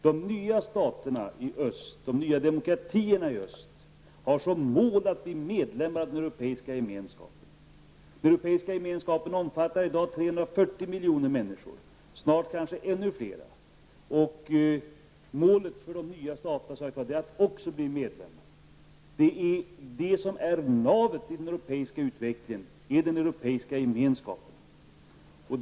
De nya staterna i Östeuropa, de nya demokratierna, har som mål att bli medlemmar i den Europeiska gemenskapen. Den Europeiska gemenskapen omfattar i dag 340 miljoner människor. Snart är det kanske ännu flera, och målet för de nya staterna är att också bli medlemmar. Det är den Europeiska gemenskapen som är navet i den europeiska utvecklingen.